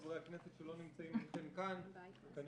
חברי הכנסת שלא נמצאים איתכם כאן כי אני